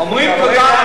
אומרים "תודה רבה"